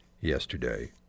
yesterday